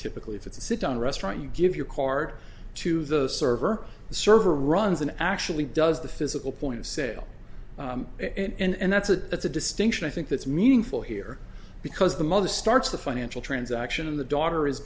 typically if it's a sit down restaurant you give your card to the server the server runs and actually does the physical point of sale and that's a that's a distinction i think that's meaningful here because the mother starts the financial transaction and the daughter is